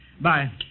Bye